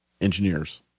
engineers